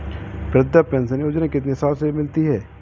वृद्धा पेंशन योजना कितनी साल से मिलती है?